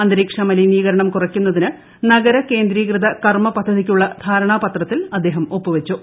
അന്തരീക്ഷ മലിനീകരണം കുറയ്ക്കുന്നതിന് നഗര കേന്ദ്രീകൃത കർമ പദ്ധതിയ്ക്കുളള ധാരണാപത്രത്തിൽ അദ്ദേഹം ഒപ്പുവച്ചു